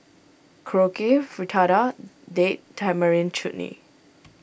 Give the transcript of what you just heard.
Korokke Fritada Date Tamarind Chutney